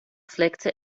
pflegte